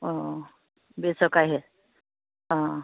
অঁ বেচৰকাৰীহে অঁ